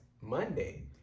Monday